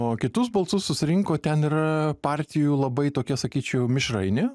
o kitus balsus susirinko ten yra partijų labai tokia sakyčiau mišrainė